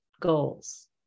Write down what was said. goals